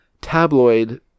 tabloid